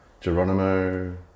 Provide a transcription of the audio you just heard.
Geronimo